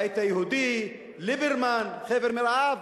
הבית היהודי, ליברמן, חבר מרעיו,